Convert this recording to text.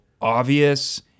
obvious